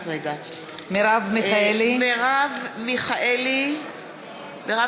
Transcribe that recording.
מרב מיכאלי, חיים ילין, מיכל בירן, אוסאמה סעדי.